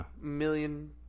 million